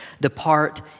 depart